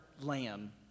lamb